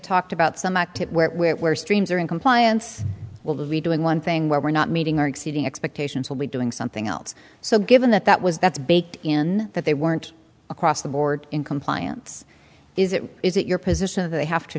talked about some active where where streams are in compliance will be doing one thing where we're not meeting or exceeding expectations will be doing something else so given that that was that's baked in that they weren't across the board in compliance is it is it your position they have to